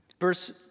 Verse